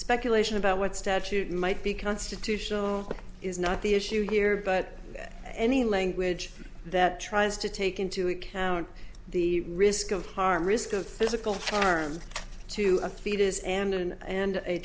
speculation about what statute might be constitutional is not the issue here but any language that tries to take into account the risk of harm risk of physical turns to a fetus and an and a